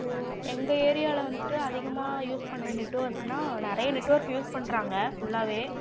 இப்போது எங்கள் ஏரியாவில் வந்துட்டு அதிகமாக யூஸ் பண்ணுற நெட்வொர்க்குனால் நிறைய நெட்வொர்க் யூஸ் பண்ணுறாங்க ஃபுல்லாகவே